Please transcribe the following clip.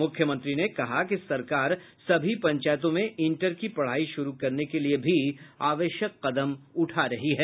मुख्यमंत्री ने कहा कि सरकार सभी पंचायतों में इंटर की पढ़ाई शुरू करने के लिए की आवश्यक कदम उठा रही है